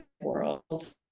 world